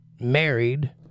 married